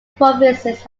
provinces